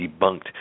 debunked